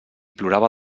plorava